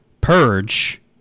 purge